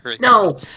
No